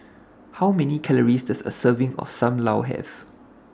How Many Calories Does A Serving of SAM Lau Have